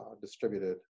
distributed